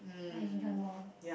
I usually enjoy more